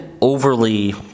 overly